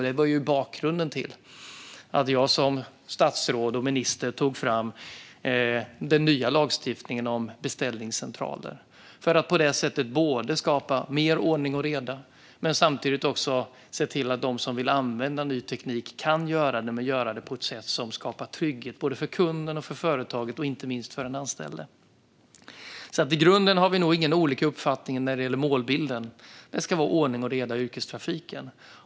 Det var bakgrunden till att jag som statsråd och minister tog fram den nya lagstiftningen om beställningscentraler för att på det sättet både skapa mer ordning och reda och samtidigt se till att de som vill använda ny teknik kan göra det på ett sätt som skapar trygghet för både kunden, företaget och inte minst den anställde. I grunden har vi nog inte olika uppfattningar när det gäller målbilden: Det ska vara ordning och reda i yrkestrafiken.